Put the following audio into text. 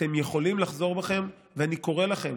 אתם יכולים לחזור בכם, ואני קורא לכם: